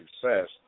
success